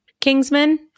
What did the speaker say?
Kingsman